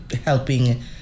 helping